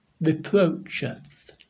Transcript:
reproacheth